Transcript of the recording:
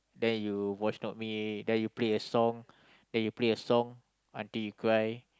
the you voice note me then you play a song then you play a song until you cry